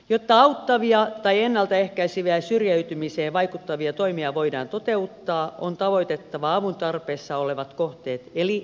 jotta auttavia tai ennalta ehkäiseviä syrjäytymiseen vaikuttavia toimia voidaan toteuttaa on tavoitettava avun tarpeessa olevat kohteet eli nuoret